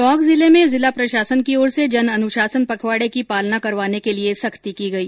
टोंक जिले में जिला प्रशासन की ओर से जन अनुशासन पखवाडे की पालना करवाने के लिए सख्ती की गई